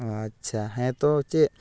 ᱟᱪᱪᱷᱟ ᱦᱮᱸ ᱛᱚ ᱪᱮᱫ